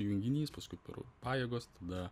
junginys paskui peru pajėgos tada